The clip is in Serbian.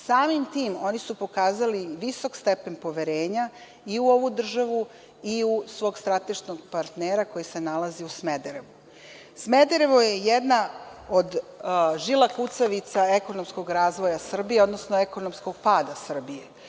tim, oni su pokazali visok stepen poverenja i u ovu državu i u svog strateškog partnera koji se nalazi u Smederevu. Smederevo je jedna od žila kucavica ekonomskog razvoja Srbije, odnosno ekonomskog pada Srbije.